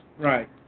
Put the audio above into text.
Right